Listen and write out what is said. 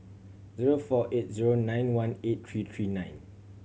zero four eight zero nine one eight three three nine